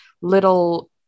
little